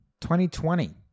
2020